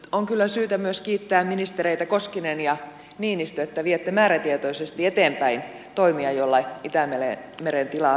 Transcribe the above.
on kyllä syytä myös kiittää ministereitä koskinen ja niinistö että viette määrätietoisesti eteenpäin toimia joilla itämeren tilaa parannetaan